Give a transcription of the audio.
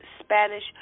Spanish